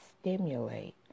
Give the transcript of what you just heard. stimulate